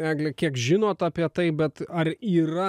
egle kiek žinot apie tai bet ar yra